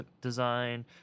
design